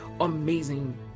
amazing